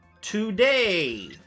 Today